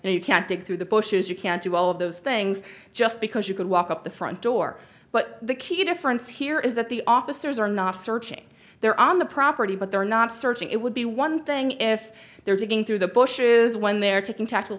said you can't dig through the bushes you can't do all of those things just because you could walk up the front door but the key difference here is that the officers are not searching they're on the property but they're not searching it would be one thing if they're digging through the bushes when they're taking tackle